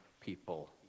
people